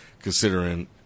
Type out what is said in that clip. considering